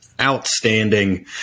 outstanding